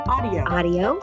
Audio